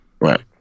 Right